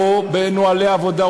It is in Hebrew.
או בנוהלי עבודה,